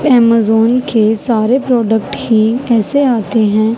Amazon کے سارے product ہی ایسے آتے ہیں